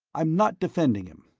i'm not defending him.